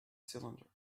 cylinder